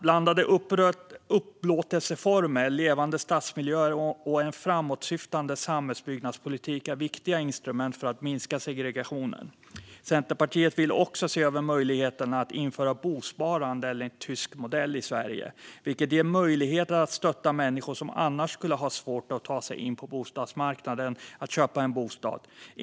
Blandade upplåtelseformer, levande stadsmiljöer och en framåtsyftande samhällsbyggnadspolitik är viktiga instrument för att minska segregationen. Centerpartiet vill också se över möjligheten att införa bosparande enligt tysk modell i Sverige, vilket ger möjligheter att hjälpa människor som annars skulle ha svårt att ta sig in på bostadsmarknaden att köpa en bostad.